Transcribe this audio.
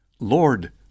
Lord